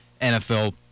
nfl